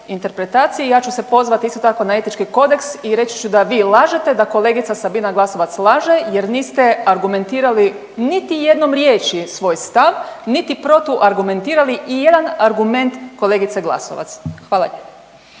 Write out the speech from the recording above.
ja ću se pozvat isto tako na etički kodeks i reći ću da vi lažete da kolegica Sabina Glasovac laže jer niste argumentirali niti jednom riječi svoj stav, niti protuargumentirali ijedan argument kolegice Glasovac, hvala